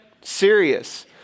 serious